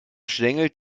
schlängelt